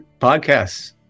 podcasts